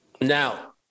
now